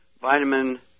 vitamin